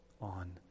on